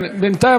בינתיים,